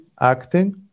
acting